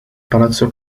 palazzo